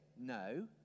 no